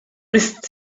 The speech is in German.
ist